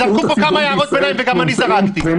זרקו פה כמה הערות וגם אני זרקתי.